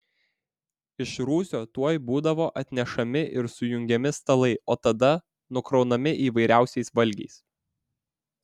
iš rūsio tuoj būdavo atnešami ir sujungiami stalai o tada nukraunami įvairiausiais valgiais